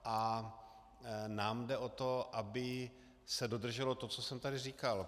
A nám jde o to, aby se dodrželo to, co jsem tady říkal.